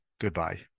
goodbye